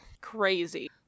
Crazy